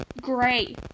Gray